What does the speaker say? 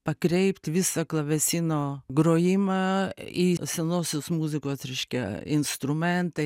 pakreipt visą klavesino grojimą į senosios muzikos reiškia instrumeną